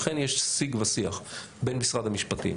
לכן יש שיג ושיח בין משרד המשפטים